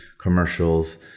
commercials